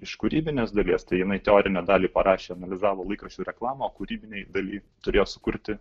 iš kūrybinės dalies tai jinai teorinę dalį parašė analizavo laikraščių reklamą o kūrybinėj daly turėjo sukurti